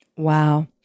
Wow